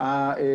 חשוב